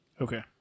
Okay